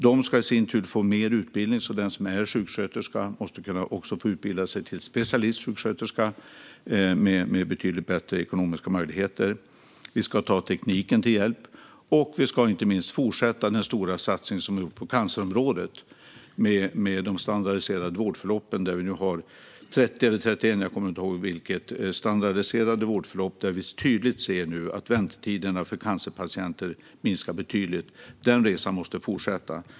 De ska i sin tur få mer utbildning; den som är sjuksköterska måste också få utbilda sig till specialistsjuksköterska med betydligt bättre ekonomiska möjligheter. Vi ska även ta tekniken till hjälp. Vi ska inte minst fortsätta den stora satsning som vi gjort på cancerområdet med de standardiserade vårdförloppen. Vi har nu 30 eller 31 - jag kommer inte ihåg vilket - standardiserade vårdförlopp, och vi ser tydligt att väntetiderna för cancerpatienter minskar betydligt. Den resan måste fortsätta.